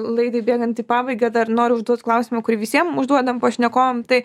laidai bėgant į pabaigą dar noriu užduot klausimą kurį visiem užduodam pašnekovam tai